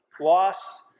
loss